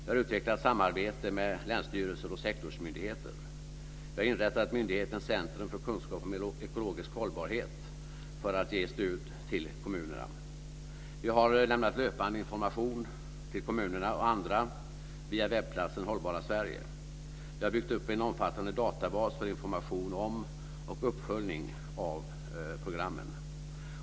Det har utvecklats samarbete med länsstyrelser och sektorsmyndigheter. Vi har inrättat myndigheten Centrum för kunskap om ekologisk hållbarhet för att ge stöd till kommunerna. Vi har lämnat löpande information till kommunerna och andra via webbplatsen Hållbara Sverige. Vi har byggt upp en omfattande databas för information om och uppföljning av programmen.